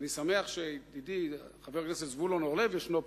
אני שמח שידידי חבר הכנסת זבולון אורלב ישנו פה,